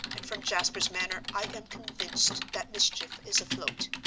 and from jasper's manner i am convinced that mischief is afloat.